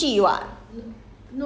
train to busan part two